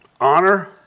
honor